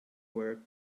work